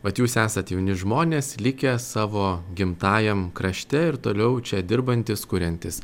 vat jūs esat jauni žmonės likę savo gimtajam krašte ir toliau čia dirbantys kuriantys